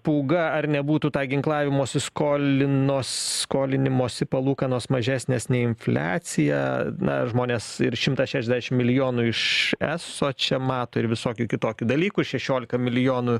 pūga ar nebūtų tą ginklavimosi skolinos skolinimosi palūkanos mažesnės nei infliacija na žmonės ir šimtą šešiasdešimt milijonų iš es čia mato ir visokių kitokių dalykų šešiolika milijonų